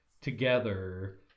together